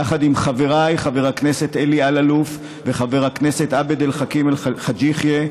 יחד עם חבריי חבר הכנסת אלי אלאלוף וחבר הכנסת עבד אל חכים חאג' יחיא,